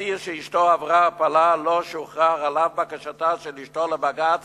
אסיר שאשתו עברה הפלה לא שוחרר על אף בקשתה של אשתו לבג"ץ